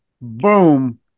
boom